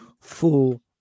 Full